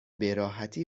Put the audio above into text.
بهراحتی